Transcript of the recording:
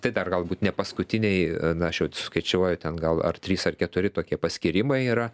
tai dar galbūt nepaskutiniai na aš jau suskaičiuoju ten gal ar trys ar keturi tokie paskyrimai yra